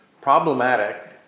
problematic